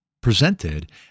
presented